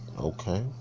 Okay